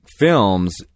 films